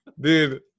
dude